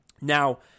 Now